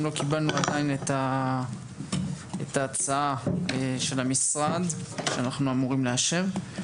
גם לא קיבלנו עדיין את ההצעה של המשרד שאנחנו אמורים לאשר.